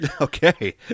Okay